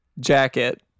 jacket